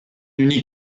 unique